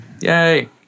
Yay